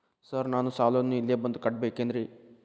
Sir ನಾನು ಸಾಲವನ್ನು ಇಲ್ಲೇ ಬಂದು ಕಟ್ಟಬೇಕೇನ್ರಿ?